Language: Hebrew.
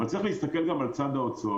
אבל צריך להסתכל גם על צד ההוצאות.